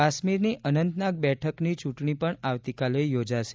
કાશ્મીરની અનંતનાગ બેઠકની ચૂંટણી પણ આવતીકાલે યોજાશે